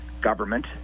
government